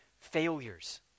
failures